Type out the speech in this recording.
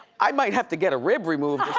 i might have to get a rib removed